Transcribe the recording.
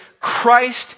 Christ